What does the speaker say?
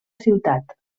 ciutat